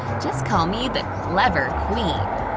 just call me the clever queen!